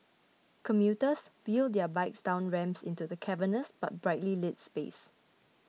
commuters wheel their bikes down ramps into the cavernous but brightly lit space